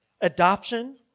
Adoption